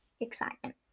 excitement